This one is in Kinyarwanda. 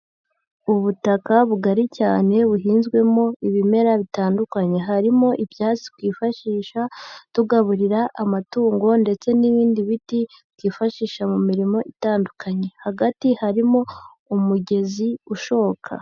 Ubutaka bugari cyane buhinzwemo ibimera bitandukanye harimo ibyatsi twifashisha tugaburira amatungo ndetse n'ibindi biti twifashisha mu mirimo itandukanye hagati harimo umugezi ushoka.